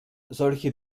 solche